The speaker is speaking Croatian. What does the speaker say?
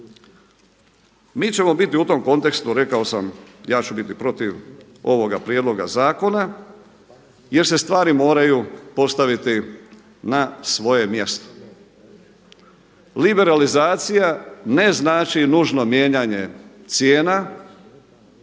Mi ćemo biti u tom kontekstu rekao sam ja ću biti protiv ovoga prijedloga zakona, jer se stvari moraju postaviti na svoje mjesto. Liberalizacija ne znači nužno mijenjanje cijena,